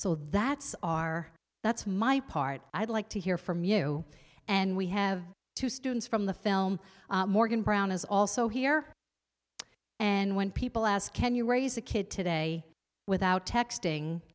so that's our that's my part i'd like to hear from you and we have two students from the film morgan brown is also here and when people ask can you raise a kid today without texting